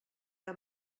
que